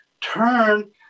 turn